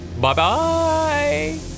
Bye-bye